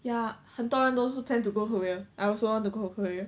ya 很多人都是 plan to go korea I also want to go korea